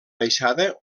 baixada